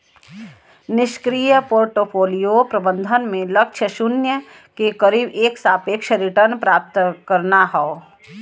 निष्क्रिय पोर्टफोलियो प्रबंधन में लक्ष्य शून्य के करीब एक सापेक्ष रिटर्न प्राप्त करना हौ